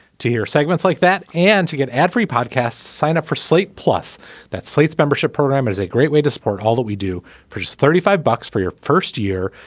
to hear segments like that and to get ad free podcasts sign up for slate plus that slate's membership program and is a great way to support all that we do for thirty five bucks for your first year.